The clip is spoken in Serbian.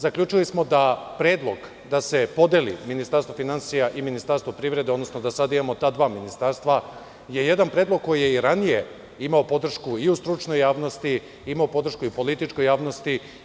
Zaključili smo da predlog da se podeli Ministarstvo finansija i Ministarstvo privrede, odnosno da sada imamo ta dva ministarstva je jedna predlog koji je i ranije imao podršku i u stručnoj javnosti, imao podršku i u političkoj javnosti.